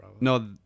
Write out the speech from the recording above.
No